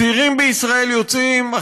צעירים בישראל יוצאים,